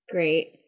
Great